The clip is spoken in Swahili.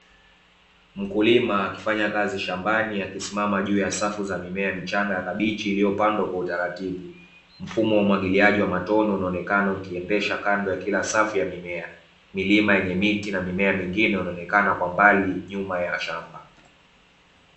Mkulima akifanya kazi shambani akisimama juu ya safu ya mimea michanga ya kabichi iliyopandwa kwa utaratibu, mfumo wa umwagiliaji wa matone unaonekana ukiendesha kando ya kila safu ya mimea, milima yenye miti na mimea mingine inaonekana kwa mbali nyuma ya shamba.